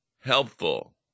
helpful